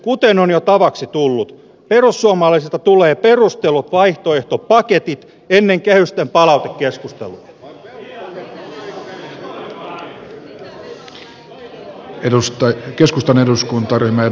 kuten on jo tavaksi tullut perussuomalaisilta tulee perustellut vaihtoehtopaketit ennen kehysten palautekeskustelua